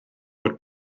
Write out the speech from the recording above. fod